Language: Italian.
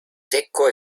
secco